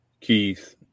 Keith